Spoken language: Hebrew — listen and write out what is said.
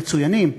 מצוינים,